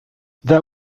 that